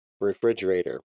refrigerator